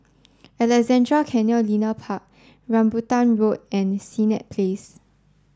Alexandra Canal Linear Park Rambutan Road and Senett Place